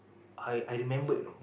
I I remembered you know